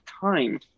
time